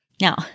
Now